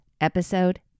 episode